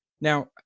now